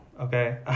okay